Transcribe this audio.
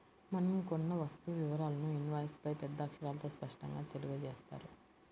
మనం కొన్న వస్తువు వివరాలను ఇన్వాయిస్పై పెద్ద అక్షరాలతో స్పష్టంగా తెలియజేత్తారు